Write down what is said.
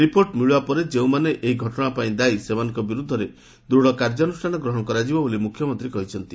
report ମିଳିବା ପରେ ଯେଉଁମାନେ ଏହି ଘଟଣା ପାଇଁ ଦାୟୀ ସେମାନଙ୍କ ବିରୁଦ୍ଧରେ ଦୂଢ଼ କାର୍ଯ୍ୟାନୁଷ୍ଠାନ ଗ୍ରହଣ କରାଯିବ ବୋଲି ମୁଖ୍ୟମନ୍ତ୍ରୀ କହିଛନ୍ତି